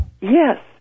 Yes